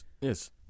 yes